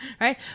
Right